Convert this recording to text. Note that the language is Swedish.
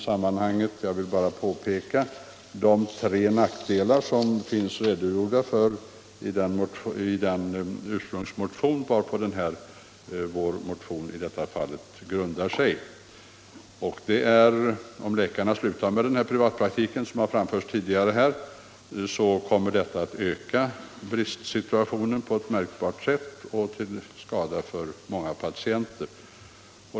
Jag vill bara framhålla de tre nackdelar som det redogörs för i den ursprungsmotion varpå vår motion i detta fall grundar sig. Om läkarna, som det talas om här tidigare, slutar med privatpraktiken kommer detta att förvärra bristsituationen på ett märkbart sätt, till skada för många patienter.